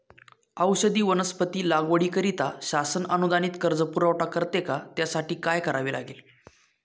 औषधी वनस्पती लागवडीकरिता शासन अनुदानित कर्ज पुरवठा करते का? त्यासाठी काय करावे लागेल?